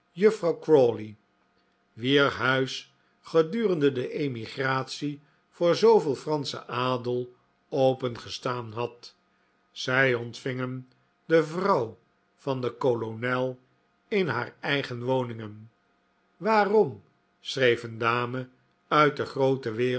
juffrouw crawley wier huis gedurende de emigratie voor zooveel franschen adel opengestaan had zij ontvingen de vrouw van den kolonel in haar eigen woningen waarom schreef een dame uit de groote